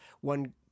one